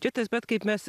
čia tas pat kaip mes